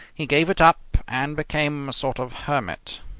he gave it up and became a sort of hermit.